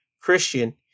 Christian